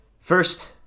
First